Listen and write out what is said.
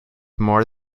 more